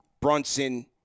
Brunson